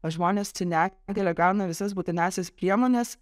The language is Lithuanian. žmonės negalią gauna visas būtinąsias priemones